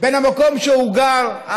בין המקום שבו הוא גר בו,